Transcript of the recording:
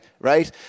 right